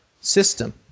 system